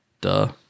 Duh